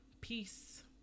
Peace